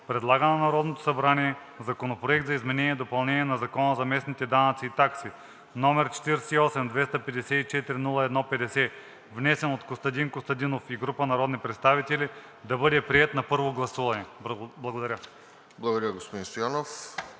предлага на Народното събрание Законопроект за изменение и допълнение на Закона за местните данъци и такси, № 48-254-01-50, внесен от Костадин Костадинов и група народни представители, да бъде приет на първо гласуване.“ Благодаря. ПРЕДСЕДАТЕЛ